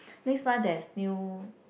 this one that is new